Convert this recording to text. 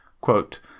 Quote